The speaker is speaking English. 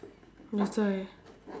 that's why